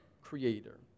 creator